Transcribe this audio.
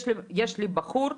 יש לי בחור,